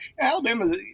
Alabama